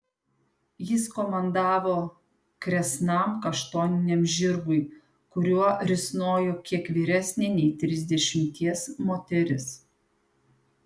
jis komandavo kresnam kaštoniniam žirgui kuriuo risnojo kiek vyresnė nei trisdešimties moteris